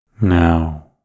Now